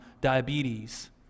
diabetes